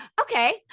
okay